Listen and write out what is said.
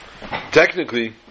Technically